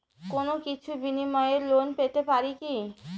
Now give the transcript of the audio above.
কোনো কিছুর বিনিময়ে লোন পেতে পারি কি?